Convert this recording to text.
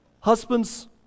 husbands